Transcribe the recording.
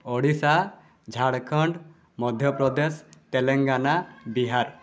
Odisha Jharkhand Madhya Pradesh Telangana Bihar